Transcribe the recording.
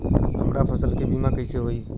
हमरा फसल के बीमा कैसे होई?